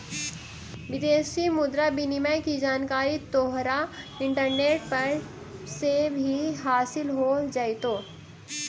विदेशी मुद्रा विनिमय की जानकारी तोहरा इंटरनेट पर से भी हासील हो जाइतो